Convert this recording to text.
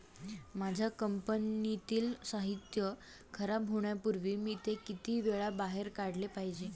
माझ्या कंपनीतील साहित्य खराब होण्यापूर्वी मी ते किती वेळा बाहेर काढले पाहिजे?